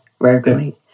regularly